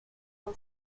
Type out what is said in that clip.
all